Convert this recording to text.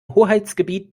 hoheitsgebiet